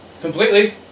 Completely